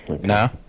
no